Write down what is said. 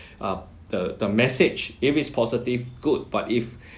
uh the the message if it's positive good but if